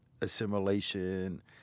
assimilation